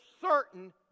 certain